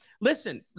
listen